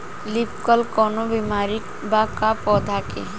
Leaf curl कौनो बीमारी बा का पौधा के?